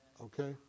Okay